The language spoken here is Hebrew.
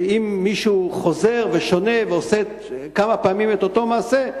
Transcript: שאם מישהו חוזר ועושה כמה פעמים את אותו מעשה,